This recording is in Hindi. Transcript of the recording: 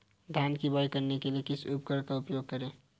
धान की बुवाई करने के लिए किस उपकरण का उपयोग करें?